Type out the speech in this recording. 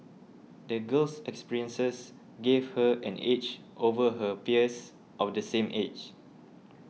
the girl's experiences gave her an edge over her peers of the same age